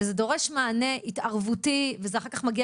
זה דורש מענה התערבותי וזה אחר כך מגיע